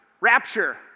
Rapture